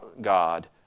God